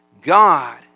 God